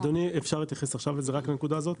אפשר להתייחס רק לנקודה הזאת?